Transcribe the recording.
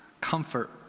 comfort